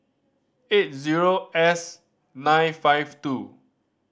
eight zero S nine five two